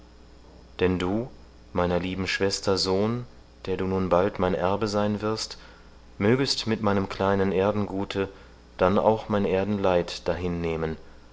denn du meiner lieben schwester sohn der du nun bald mein erbe sein wirst mögest mit meinem kleinen erdengute dann auch mein erdenleid dahinnehmen